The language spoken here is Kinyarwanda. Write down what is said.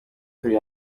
turi